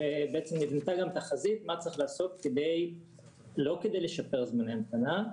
נבנתה גם תחזית מה צריך לעשות לא כדי לשפר זמני המתנה,